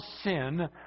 sin